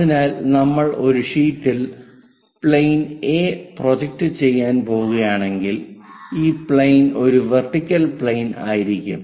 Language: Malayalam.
അതിനാൽ നമ്മൾ ഒരു ഷീറ്റിൽ പ്ലെയിൻ A പ്രൊജക്റ്റ് ചെയ്യാൻ പോകുകയാണെങ്കിൽ ഈ പ്ലെയിൻ ഒരു വെർട്ടിക്കൽ പ്ലെയിൻ ആയിരിക്കും